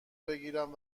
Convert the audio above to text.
بگیرم